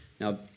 Now